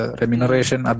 remuneration